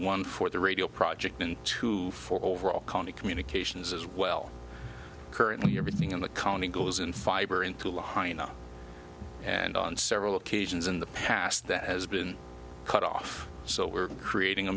one for the radio project and two for overall county communications as well currently everything in the county goes in fiber into la hina and on several occasions in the past that has been cut off so we're creating a